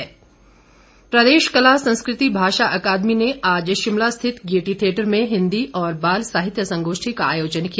संगोष्ठी प्रदेश कला संस्कृति भाषा अकादमी ने आज शिमला स्थित गेयटी थियेटर में हिंदी और बाल साहित्य संगोष्ठी का आयोजन किया